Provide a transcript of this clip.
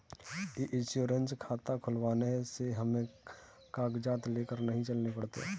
ई insurance खाता खुलवाने से हमें कागजात लेकर नहीं चलने पड़ते